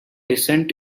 dissent